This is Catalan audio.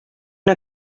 una